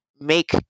make